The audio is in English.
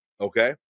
Okay